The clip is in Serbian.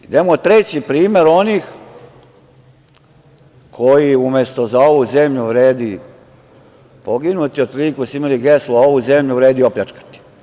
Idemo treći primer onih koji umesto za ovu zemlju vredi poginuti, otprilike su imali geslo ovu zemlju vredi opljačkati.